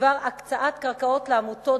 בדבר הקצאת קרקעות לעמותות,